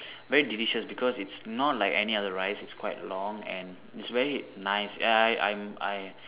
very delicious because its not like any other rice it's quite long and it's very nice ya I'm I I